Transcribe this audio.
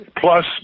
plus